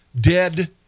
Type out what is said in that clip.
dead